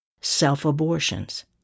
self-abortions